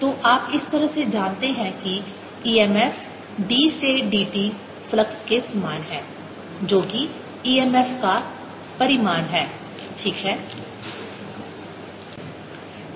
तो आप इस तरह से जानते हैं कि e m f d से dt फ्लक्स के समान है जो कि emf का परिमाण है ठीक है